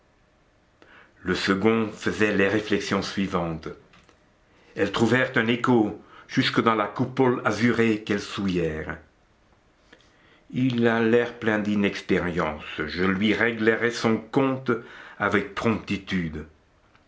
le second faisait les réflexions suivantes elles trouvèrent un écho jusque dans la coupole azurée qu'elles souillèrent il a l'air plein d'inexpérience je lui réglerai son compte avec promptitude